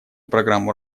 программу